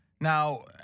Now